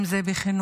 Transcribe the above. אם זה בחינוך,